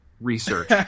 research